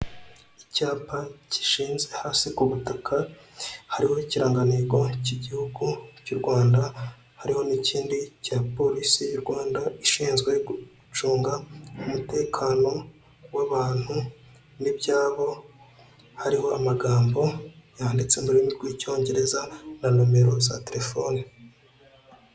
Icyapa gishinze hasi ku butaka hariho kiranganirwa cy'igihugu cyu Rwanda hariho n'ikindi cya poRisi yu Rwanda ishinzwe gucunga umutekano w'abantu n'ibyabo, harimo amagambo yanditse m'ururimi rw'icyongereza na nomero za terefoni.